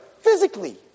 physically